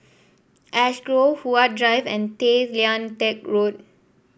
Ash Grove Huat Drive and Tay Lian Teck Road